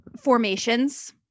formations